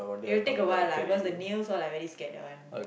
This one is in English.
it will take a while lah cause the nails all like very scared that one